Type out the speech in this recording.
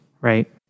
right